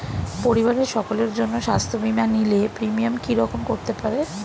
পরিবারের সকলের জন্য স্বাস্থ্য বীমা নিলে প্রিমিয়াম কি রকম করতে পারে?